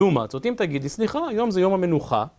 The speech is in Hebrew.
לעומת זאת אם תגיד לי, סליחה היום זה יום המנוחה..